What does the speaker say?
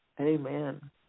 Amen